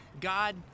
god